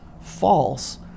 false